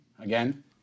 again